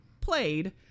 played